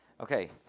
Okay